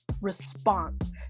response